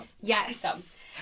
Yes